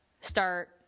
start